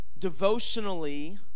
devotionally